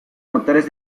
motores